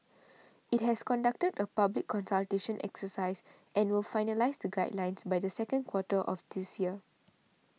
it has conducted a public consultation exercise and will finalise the guidelines by the second quarter of this year